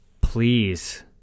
Please